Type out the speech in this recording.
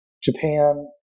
Japan